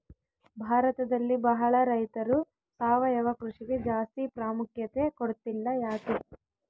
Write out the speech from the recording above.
ಭಾರತದಲ್ಲಿ ಬಹಳ ರೈತರು ಸಾವಯವ ಕೃಷಿಗೆ ಜಾಸ್ತಿ ಪ್ರಾಮುಖ್ಯತೆ ಕೊಡ್ತಿಲ್ಲ ಯಾಕೆ?